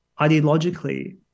ideologically